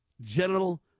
genital